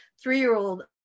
three-year-old